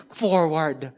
forward